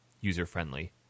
user-friendly